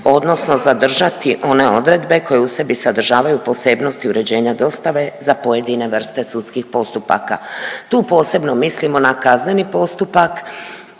odnosno zadržati one odredbe koje u sebi sadržavaju posebnosti uređenja dostave za pojedine vrste sudskih postupaka. Tu posebno mislimo na kazneni postupak